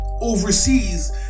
overseas